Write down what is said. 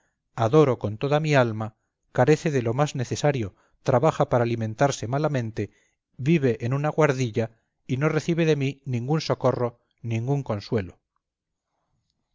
adoro con toda mi alma carece de lo más necesario trabaja para alimentarse malamente vive en una guardilla y no recibe de mí ningún socorro ningún consuelo